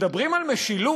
מדברים על משילות,